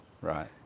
Right